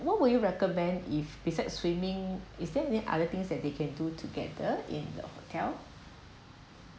what would you recommend if besides swimming is there any other things that they can do together in the hotel